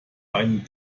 einen